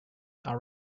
are